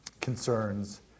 concerns